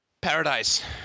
Paradise –